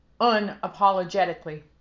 unapologetically